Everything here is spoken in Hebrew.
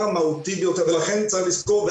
לכן צריך לזכור,